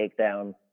takedown